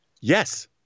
Yes